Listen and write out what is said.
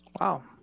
Wow